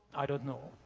i don't know.